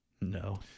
No